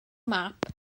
map